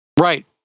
Right